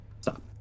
Stop